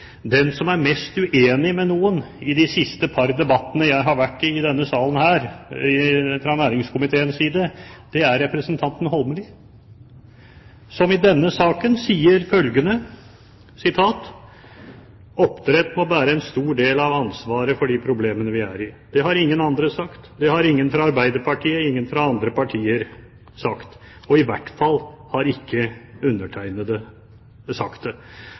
Den som har vært mest uenig med noen i de siste par debattene jeg har vært i i denne salen her, fra næringskomiteens side, er representanten Holmelid, som i denne saken sier at oppdrett må bære en stor del av ansvaret for de problemene vi er i. Det har ingen andre sagt. Det har ingen fra Arbeiderpartiet, eller ingen fra andre partier, sagt. Og undertegnede har i hvert fall ikke